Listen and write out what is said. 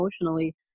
emotionally